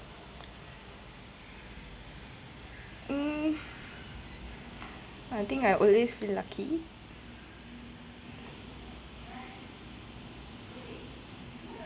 hmm I think I've always been lucky